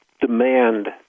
demand